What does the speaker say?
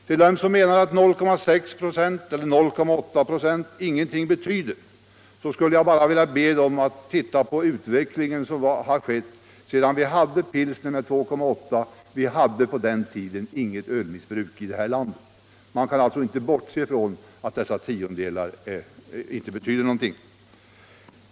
Till dem som menar att 0,6 96 eller 0,8 26 ingenting betyder skulle jag bara vilja säga att de bör se på den utveckling som ägt rum sedan vi hade pilsner med 2,8 96. Vi hade på den tiden inget ölmissbruk i det här landet. Man kan alltså inte påstå att dessa tiondelar inte betyder någonting.